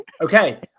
okay